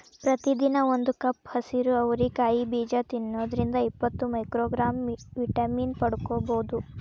ಪ್ರತಿದಿನ ಒಂದು ಕಪ್ ಹಸಿರು ಅವರಿ ಕಾಯಿ ಬೇಜ ತಿನ್ನೋದ್ರಿಂದ ಇಪ್ಪತ್ತು ಮೈಕ್ರೋಗ್ರಾಂ ವಿಟಮಿನ್ ಪಡ್ಕೋಬೋದು